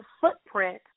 footprint